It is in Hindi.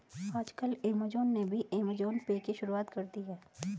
आजकल ऐमज़ान ने भी ऐमज़ान पे की शुरूआत कर दी है